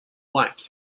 white